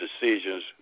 decisions